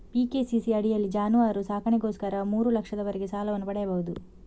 PKCC ಅಡಿಯಲ್ಲಿ ಜಾನುವಾರು ಸಾಕಣೆಗೋಸ್ಕರ ಮೂರು ಲಕ್ಷದವರೆಗೆ ಸಾಲವನ್ನು ಪಡೆಯಬಹುದು